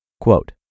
Quote